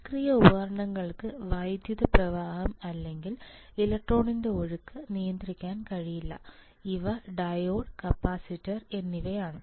നിഷ്ക്രിയ ഉപകരണങ്ങൾക്ക് വൈദ്യുത പ്രവാഹം അല്ലെങ്കിൽ ഇലക്ട്രോണിന്റെ ഒഴുക്ക് നിയന്ത്രിക്കാൻ കഴിയില്ല ഇവ ഡയോഡ് കപ്പാസിറ്റർ എന്നിവയാണ്